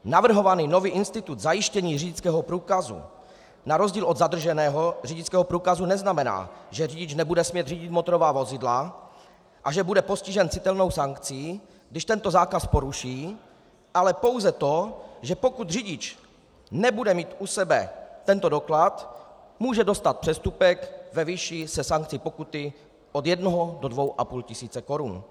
Navrhovaný nový institut zajištění řidičského průkazu na rozdíl od zadrženého řidičského průkazu neznamená, že řidič nebude smět řídit motorová vozidla a že bude postižen citelnou sankcí, když tento zákaz poruší, ale pouze to, že pokud řidič nebude mít u sebe tento doklad, může dostat přestupek ve výši se sankcí pokuty od jednoho do dvou a půl tisíce korun.